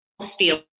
steal